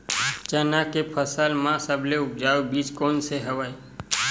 चना के फसल म सबले उपजाऊ बीज कोन स हवय?